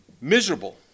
miserable